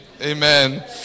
Amen